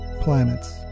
planets